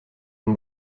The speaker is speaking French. une